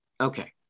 Okay